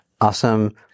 awesome